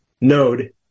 node